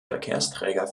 verkehrsträger